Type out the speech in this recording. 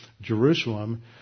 Jerusalem